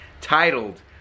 titled